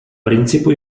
principu